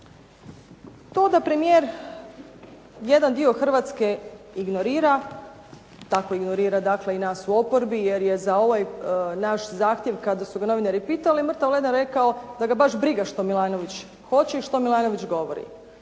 To da premijer jedan dio Hrvatske ignorira, tako ignorira dakle i nas u oporbi jer je za ovaj naš zahtjev kada su ga novinari pitali mrtav leden rekao da ga baš briga što Milanović hoće i što Milanović govori.